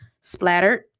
splattered